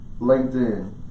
LinkedIn